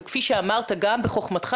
וכפי שאמרת גם בחוכמתך,